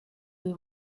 you